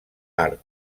art